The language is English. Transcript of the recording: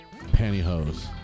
pantyhose